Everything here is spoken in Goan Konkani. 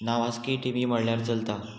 नावाजकी टिमी म्हणल्यार चलता